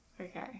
Okay